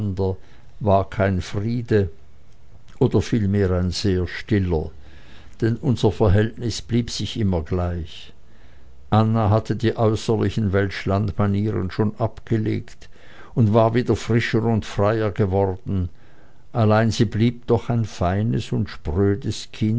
war kein friede oder vielmehr ein sehr stiller denn unser verhältnis blieb sich immer gleich anna hatte die äußerlichen welschlandsmanieren schon abgelegt und war wieder frischer und freier geworden allein sie blieb doch ein feines und sprödes